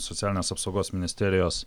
socialinės apsaugos ministerijos